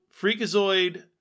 Freakazoid